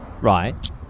Right